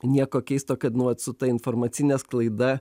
nieko keisto kad nu vat su ta informacine sklaida